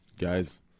guys